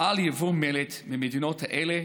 על ייבוא מלט ממדינות אלה,